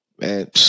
Man